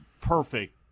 perfect